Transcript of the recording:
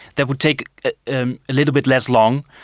that would take a ah little bit less long.